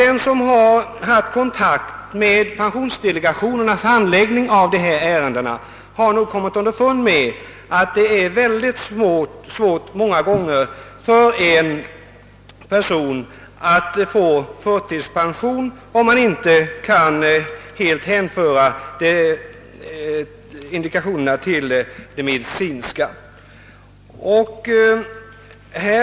Den som har haft kontakt med pensionsdelegationernas handläggning av dessa ärenden har nog kommit underfund med att det många gånger är mycket svårt för en person att få förtidspension på andra indikationer än medicinska.